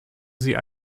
sie